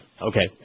Okay